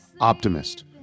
optimist